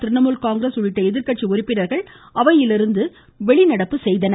திரிணாமுல் காங்கிரஸ் உள்ளிட்ட எதிர்கட்சி உறுப்பினர்கள் அவையிலிருந்து வெளிநடப்பு செய்தனர்